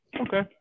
Okay